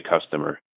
customer